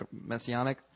messianic